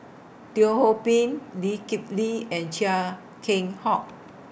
Teo Ho Pin Lee Kip Lee and Chia Keng Hock